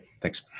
Thanks